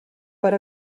per